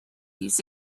used